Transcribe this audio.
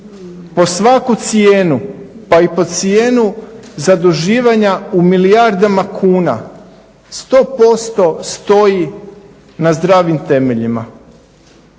po svaku cijenu pa i po cijenu zaduživanja u milijardama kuna 100% stoji na zdravim temeljima.